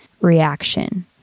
reaction